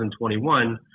2021